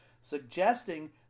suggesting